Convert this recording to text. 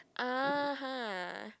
(uh huh)